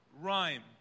rhyme